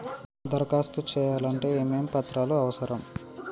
దరఖాస్తు చేయాలంటే ఏమేమి పత్రాలు అవసరం?